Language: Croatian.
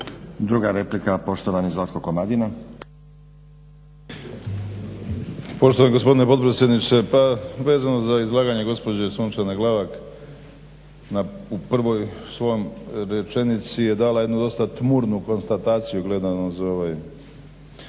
Druga replika, poštovani Zlatko Komadina. **Komadina, Zlatko (SDP)** Poštovani gospodine potpredsjedniče pa vezano za izlaganje gospođe Sunčane Glavak u prvoj svoj rečenici je dala jednu dosta tmurnu konstataciju gledano za ovaj